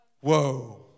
Whoa